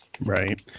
Right